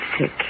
sick